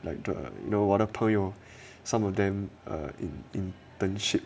like the no 我的朋友 some of them are in internship